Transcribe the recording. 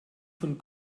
von